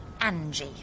Angie